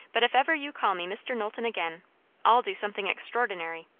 but if ever you call me mr. knowlton' again i'll do something extraordinary.